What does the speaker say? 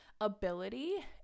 ability